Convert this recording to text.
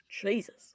Jesus